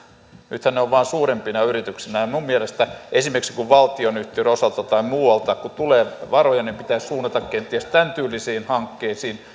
nythän ne ovat vain suuremmille yrityksille minun mielestäni esimerkiksi kun valtionyhtiöiden osalta tai muualta tulee varoja pitäisi suunnata kenties tämäntyylisiin hankkeisiin